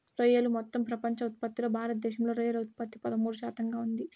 రొయ్యలు మొత్తం ప్రపంచ ఉత్పత్తిలో భారతదేశంలో రొయ్యల ఉత్పత్తి పదమూడు శాతంగా ఉంది